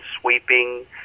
sweeping